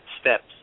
steps